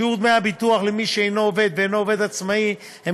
שיעור דמי הביטוח למי שאינו עובד ואינו עובד עצמאי הם